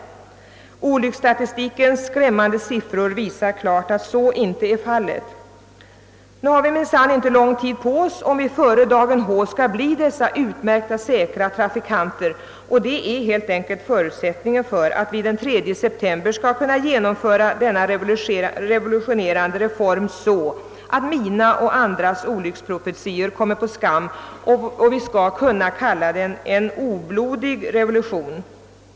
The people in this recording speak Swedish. Olycksstatistikens skrämmande siffror visar klart, att så inte är fallet. Nu har vi minsann inte lång tid på oss, om vi före dagen H skall bli dessa utmärkta, säkra trafikanter, och det är helt enkelt förutsättningen för att vi den 3 september skall kunna genomföra denna revolutionerande reform så, att mina och andras olycksprofetior kommer på skam och vi skall kunna kalla den »en oblodig revolution».